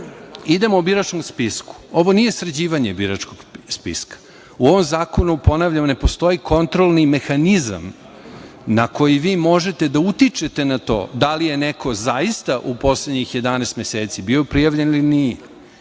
idemo o biračkom spisku, ovo nije sređivanje biračkog spiska. U ovom zakonu, ponavljam, ne postoji kontrolni mehanizam na koji vi možete da utičete da li je neko zaista u poslednjih 11 meseci bio prijavljen, ili nije.